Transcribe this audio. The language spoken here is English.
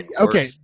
Okay